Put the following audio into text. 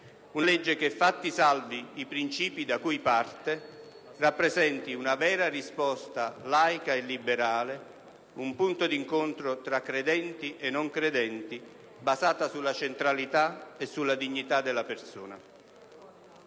una legge che, fatti salvi i princìpi da cui parte, rappresenti una vera risposta laica e liberale, un punto d'incontro tra credenti e non credenti, basata sulla centralità e sulla dignità della persona.